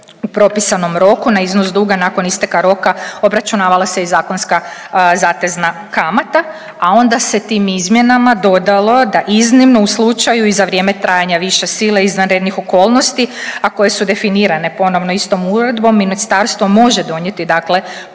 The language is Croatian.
u propisanom roku na iznos duga nakon isteka roka obračunavala se i zakonska zatezna kamata, a onda se tim izmjenama dodalo da iznimno u slučaju i za vrijeme trajanja više sile, izvanrednih okolnosti a koje su definirane ponovno istom uredbom ministarstvo može donijeti, dakle posebnu